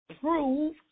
Prove